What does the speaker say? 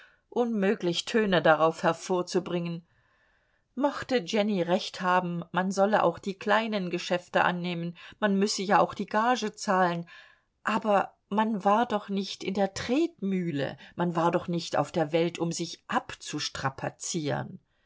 unmöglich töne darauf hervorzubringen mochte jenny recht haben man solle auch die kleinen geschäfte annehmen man müsse ja auch die gagen zahlen aber man war doch nicht in der tretmühle man war doch nicht auf der welt um sich